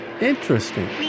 Interesting